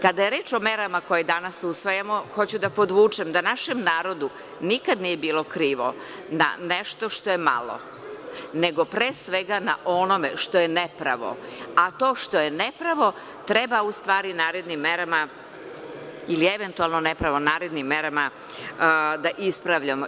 Kada je reč o merama koje danas usvajamo, hoću da podvučem da našem narodu nikada nije bilo krivo na nešto što je malo, pre svega, na onome što je nepravo, a to što je nepravo treba u stvari narednim merama ili eventualno nepravo narednim merama da ispravljamo.